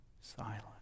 silent